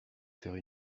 faire